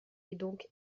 donc